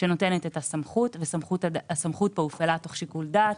שנותנת את הסמכות והסמכות כאן הופעלה תוך שיקול דעת